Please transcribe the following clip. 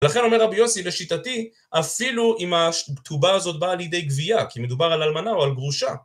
לכן אומר רבי יוסי, לשיטתי, אפילו אם הכתובה הזאת באה לידי גבייה, כי מדובר על אלמנה או על גרושה..